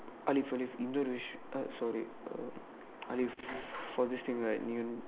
Alif Alif English uh sorry are this for this thing right you